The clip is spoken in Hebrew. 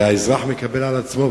והאזרח מקבל על עצמו,